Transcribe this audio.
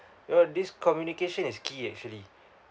ya this communication is key actually